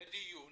בדיון